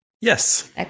Yes